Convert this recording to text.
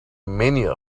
mania